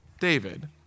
David